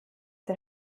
der